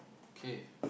K